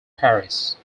harris